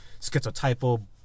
schizotypal